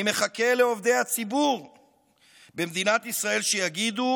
אני מחכה לעובדי הציבור במדינת ישראל שיגידו